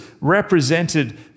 represented